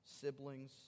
siblings